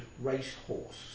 racehorse